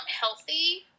healthy